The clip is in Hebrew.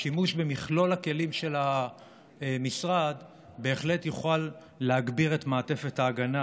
השימוש במכלול הכלים של המשרד בהחלט יוכל להגביר את מערכת ההגנה